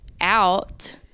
out